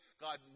God